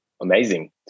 amazing